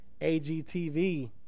AGTV